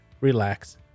relax